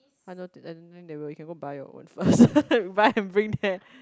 I don't think I don't think they will you can go buy your own first buy and bring there